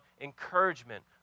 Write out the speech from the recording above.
encouragement